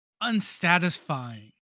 unsatisfying